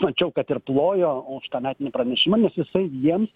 mačiau kad ir plojo už tą metinį pranešimą nes jisai jiems